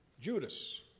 Judas